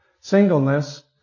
singleness